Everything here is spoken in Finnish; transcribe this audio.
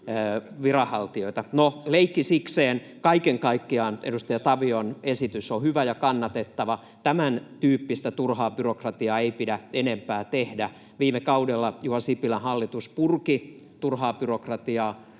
viranhaltijoita? No, leikki sikseen. Kaiken kaikkiaan edustaja Tavion esitys on hyvä ja kannatettava. Tämäntyyppistä turhaa byrokratiaa ei pidä enempää tehdä. Viime kaudella Juha Sipilän hallitus purki turhaa byrokratiaa